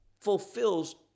fulfills